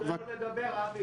תן לנו לדבר, אבי.